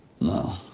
No